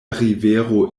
rivero